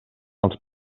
els